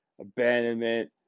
abandonment